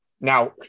now